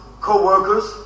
co-workers